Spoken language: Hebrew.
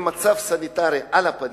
המצב הסניטרי על הפנים,